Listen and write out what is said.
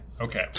Okay